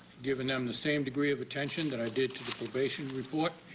given them the same degree of attention that i did to the probation report,